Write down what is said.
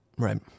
Right